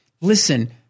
Listen